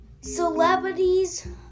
celebrities